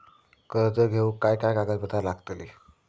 कर्ज घेऊक काय काय कागदपत्र लागतली?